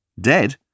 Dead